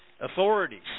authorities